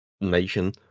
nation